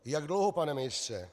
Jak dlouho, pane ministře?